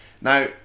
Now